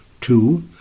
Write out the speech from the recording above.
Two